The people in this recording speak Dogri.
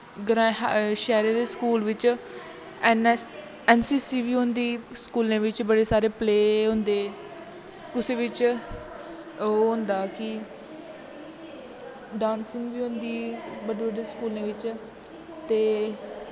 ग्राएं शैह्रें दे स्कूल बिच्च N S N C C बी होंदी स्कूलें बिच्च बड़े सारे प्ले होंदे कुसै बिच्च ओह् होंदा कि डांसिंग बी होंदी बड्डे बड्डे स्कूलें बिच्च ते